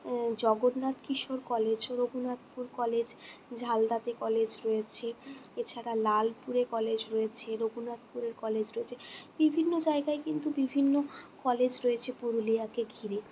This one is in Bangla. ও জগতনাথ কিশোর কলেজ রঘুনাথপুর কলেজ ঝালদাতে কলেজ রয়েছে এছাড়া লালপুরে কলেজ রয়েছে রঘুনাথপুরে কলেজ রয়েছে বিভিন্ন জায়গায় কিন্তু বিভিন্ন কলেজ রয়েছে পুরুলিয়াকে ঘিরে